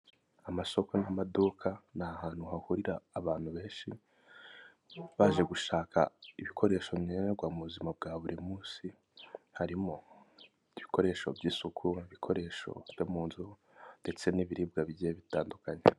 Amasoko n'amaduka ni ahantu hahurira abantu benshi baje gushaka ibikoresho nkenerwa mu buzima bwa buri munsi, harimo ibikoresho by'isuku, ibikoresho byo mu nzu, ndetse n'ibiribwa bigiye bitandukanye.